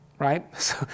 Right